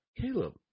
Caleb